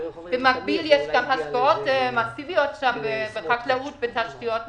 במקביל יש שם גם השקעות מסיביות בחקלאות ובתשתיות לחקלאות.